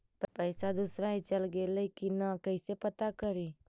पैसा दुसरा ही चल गेलै की न कैसे पता करि?